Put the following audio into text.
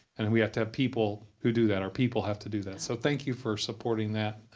and we have to have people who do that. our people have to do that, so thank you for supporting that, and